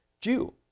Jew